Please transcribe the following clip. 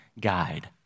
guide